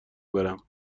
برم